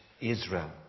Israel